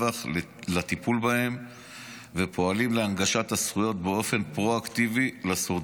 לטיפול בהם ופועלים להנגשת הזכויות באופן פרואקטיבי לשורדים,